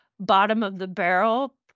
bottom-of-the-barrel